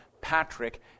Patrick